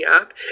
app